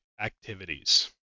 activities